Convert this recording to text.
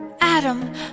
Adam